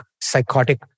psychotic